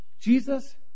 Jesus